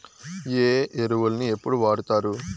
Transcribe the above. ఏ ఎరువులని ఎప్పుడు వాడుతారు?